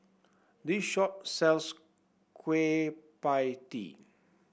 this shop sells Kueh Pie Tee